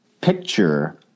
picture